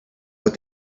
what